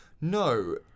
No